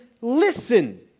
listen